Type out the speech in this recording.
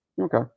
Okay